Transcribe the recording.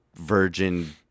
virgin